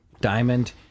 Diamond